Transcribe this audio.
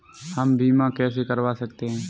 हम बीमा कैसे करवा सकते हैं?